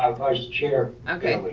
ah vice chair. okay,